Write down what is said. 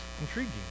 intriguing